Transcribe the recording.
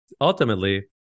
ultimately